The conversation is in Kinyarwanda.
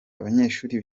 abanyeshuri